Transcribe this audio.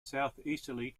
southeasterly